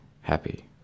happy